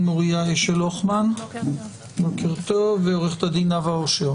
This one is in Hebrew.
מוריה אשל אוכמן ועורכת הדין נאוה אושר